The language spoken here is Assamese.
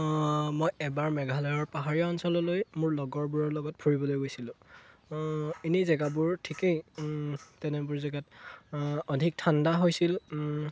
মই এবাৰ মেঘালয়ৰ পাহাৰীয়া অঞ্চললৈ মোৰ লগৰবোৰৰ লগত ফুৰিবলৈ গৈছিলোঁ এনেই জেগাবোৰ ঠিকেই তেনেবোৰ জেগাত অধিক ঠাণ্ডা হৈছিল